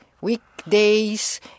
weekdays